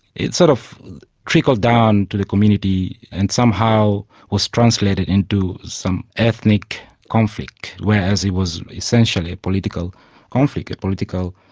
it sort of trickled down to the community and somehow was translated into some ethnic conflict, whereas it was essentially a political conflict, a political